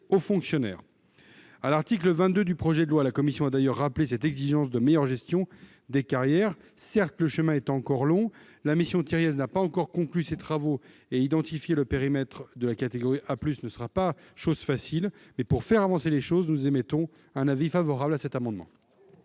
a rappelé, à l'article 22 du projet de loi, cette exigence de meilleure gestion des carrières. Certes, le chemin est encore long- la mission Thiriez n'a pas encore conclu ses travaux, et identifier le périmètre de la catégorie A+ ne sera pas chose facile -, mais, pour faire avancer les choses, nous émettons un avis favorable sur cet amendement.